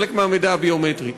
חלק מהמידע הביומטרי.